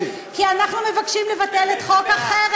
אני מסבירה לך,